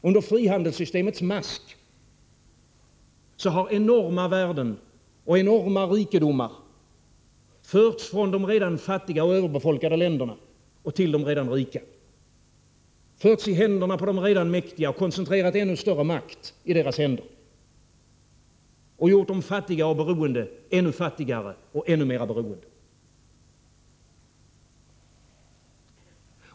Under frihandelssystemets mask har enorma värden och rikedomar förts från de redan fattiga och överbefolkade länderna till de redan rika, förts i händerna på de redan mäktiga, koncentrerat ännu större makt i deras händer och gjort de fattiga och beroende ännu mer fattiga och beroende.